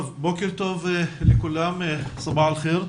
בוקר טוב לכולם, סבאח אל חיר,